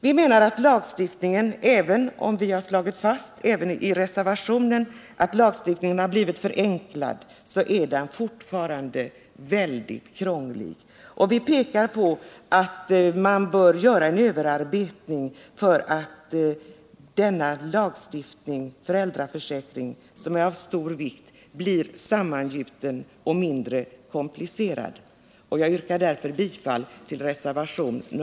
Vi menar — och det har vi också slagit fast i reservationen — att även om lagstiftningen har förenklats är den fortfarande mycket krånglig. Vi framhåller att man bör göra en överarbetning, så att den viktiga föräldraförsäkringen blir sammangjuten och mindre komplicerad. Jag yrkar därför bifall till Herr talman!